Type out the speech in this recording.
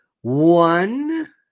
One